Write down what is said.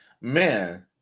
man